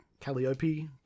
Calliope